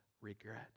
regret